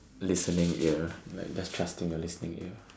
listening ear like just trusting your listening ear